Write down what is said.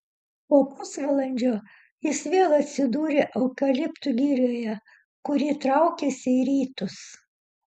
po pusvalandžio jis vėl atsidūrė eukaliptų girioje kuri traukėsi į rytus